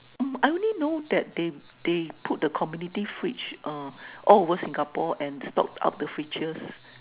I only know that they they put the community fridge all over Singapore and stocked up the features